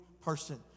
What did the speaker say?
person